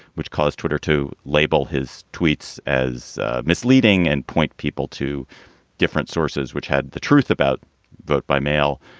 which calls twitter to label his tweets as misleading and point people to different sources which had the truth about vote by mail.